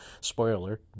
Spoiler